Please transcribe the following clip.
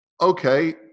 Okay